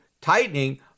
tightening